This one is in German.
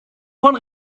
von